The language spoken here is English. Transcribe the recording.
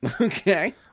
okay